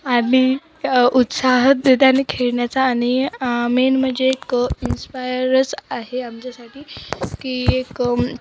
आणि खेळण्याचा आणि मेन म्हणजे एक इन्स्पायरस आहे आमच्यासाठी की एक